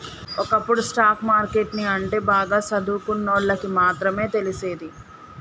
ఒకప్పుడు stock market ని అంటే బాగా సదువుకున్నోల్లకి మాత్రమే తెలిసేది